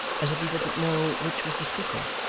as if he didn't know which was the speaker,